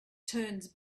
turns